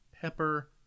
pepper